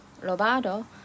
Robado